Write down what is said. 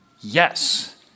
Yes